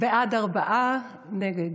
בעד, ארבעה, נגד,